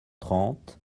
trente